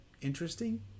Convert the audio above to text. interesting